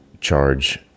charge